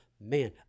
man